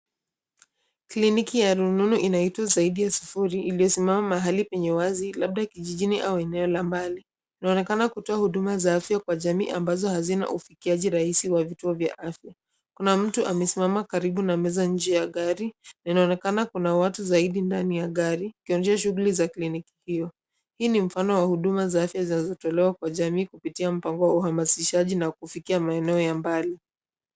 Kliniki ya rununu inaitwa zaidi ya sufuri iliyosimama mahali penye wazi labda kijijini au eneo la mbali. Inaonekana kutoa huduma za afya kwa jamii ambazo hazina ufikiaji wa urahisi wa vituo vya afya. Kuna mtu amesimama karibu na meza nje ya gari na inaonekana kuna watu zaidi ndani ya gari ikionyesha shughuli za kliniki hiyo. Hii ni mfano wa huduma za afya zinazotolewa kwa jamii kupitia mpango wa uhamasishaji na kufikia maeneo ya mbali.